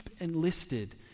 enlisted